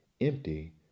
Empty